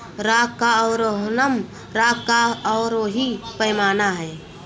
राग का अवरोहनम राग का अवरोही पैमाना है